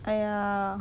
ya